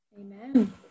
Amen